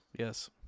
Yes